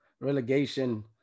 relegation